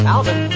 Alvin